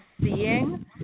seeing